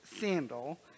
sandal